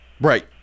Right